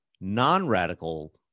non-radical